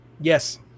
Yes